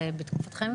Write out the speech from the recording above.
זה בתקופתכם,